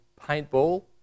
paintball